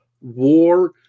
war